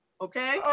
okay